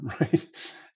Right